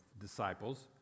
disciples